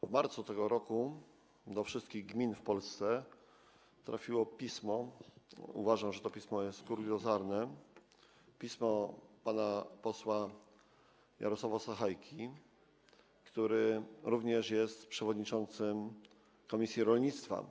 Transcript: W marcu tego roku do wszystkich gmin w Polsce trafiło pismo - uważam, że to pismo jest kuriozalne - pana posła Jarosława Sachajki, który również jest przewodniczącym komisji rolnictwa.